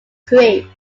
free